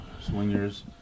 swingers